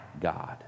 God